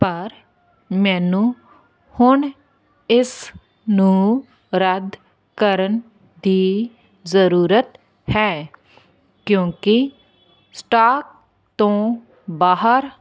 ਪਰ ਮੈਨੂੰ ਹੁਣ ਇਸ ਨੂੰ ਰੱਦ ਕਰਨ ਦੀ ਜ਼ਰੂਰਤ ਹੈ ਕਿਉਂਕੀ ਸਟੋਕ ਤੋਂ ਬਾਹਰ